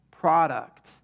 product